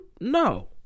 No